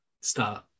start